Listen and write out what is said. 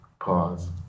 Pause